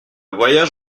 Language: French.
voyage